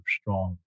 strong